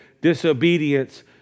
disobedience